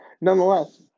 nonetheless